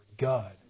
God